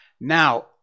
Now